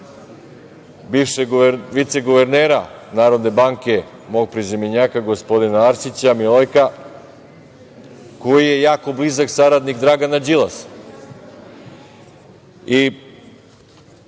bivšeg viceguvernera Narodne banke, mog prezimenjaka, gospodina Milojka Arsića koji je jako blizak saradnik Dragana Đilas. Ova